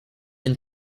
and